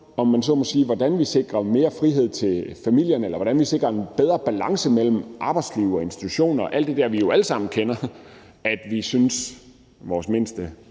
om, hvordan vi sikrer mere frihed til familierne, eller hvordan vi sikrer en bedre balance mellem arbejdsliv og institution og alt det der, vi jo alle sammen kender, altså at vi synes, vores mindste